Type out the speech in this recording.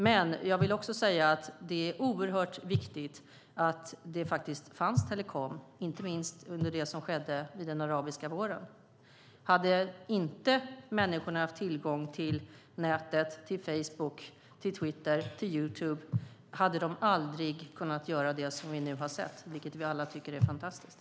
Men jag vill också säga att det var oerhört viktigt att det fanns telekom inte minst med det som skedde under den arabiska våren. Hade inte människorna haft tillgång till nätet, Facebook, Twitter och Youtube hade de aldrig kunnat göra det som vi nu har sett, vilket vi alla tycker är fantastiskt.